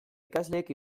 ikasleek